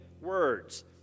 words